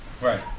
Right